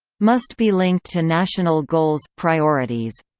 must be linked to national goals priorities